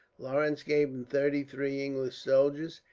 lawrence gave him thirty-three english soldiers,